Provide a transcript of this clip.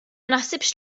naħsibx